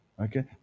Okay